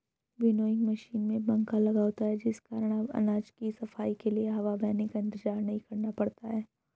winnowing machine में पंखा लगा होता है जिस कारण अब अनाज की सफाई के लिए हवा बहने का इंतजार नहीं करना पड़ता है